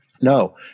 No